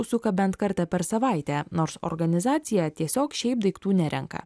užsuka bent kartą per savaitę nors organizacija tiesiog šiaip daiktų nerenka